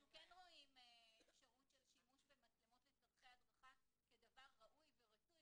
אנחנו כן רואים אפשרות של שימוש במצלמות לצרכי הדרכה כדבר ראוי ורצוי